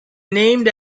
named